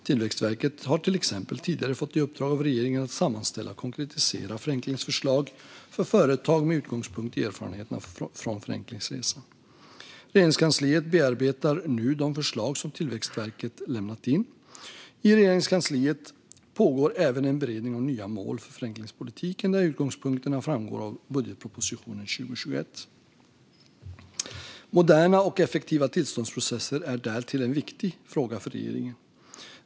Tillväxtverket har till exempel tidigare fått i uppdrag av regeringen att sammanställa och konkretisera förenklingsförslag för företag med utgångspunkt i erfarenheterna från Förenklingsresan. Regeringskansliet bearbetar nu de förslag som Tillväxtverket lämnat in. I Regeringskansliet pågår även en beredning av nya mål för förenklingspolitiken, där utgångspunkterna framgår av budgetpropositionen för 2021. Moderna och effektiva tillståndsprocesser är därtill en viktig fråga för regeringen.